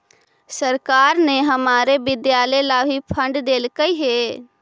सरकार ने हमारे विद्यालय ला भी फण्ड देलकइ हे